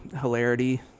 hilarity